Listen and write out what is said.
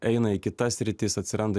eina į kitas sritis atsiranda